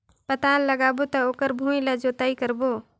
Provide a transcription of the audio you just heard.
पातल लगाबो त ओकर भुईं ला जोतई करबो?